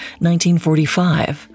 1945